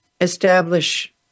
establish